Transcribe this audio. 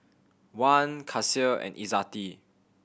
Wan Kasih and Izzati